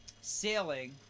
sailing